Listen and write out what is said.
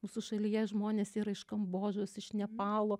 mūsų šalyje žmonės yra žmonės iš kambodžos iš nepalo